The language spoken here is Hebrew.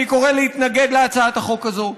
אני קורא להתנגד להצעת החוק הזו.